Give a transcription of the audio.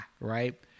right